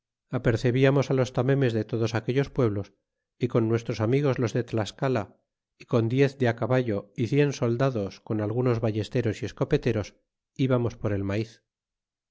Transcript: á los tamemes de todos aquellos pueblos é con nuestros amigos los de tlascala y con diez de á caballo y cien soldados con algunos ballesteros y escopeteros íbamos por el maiz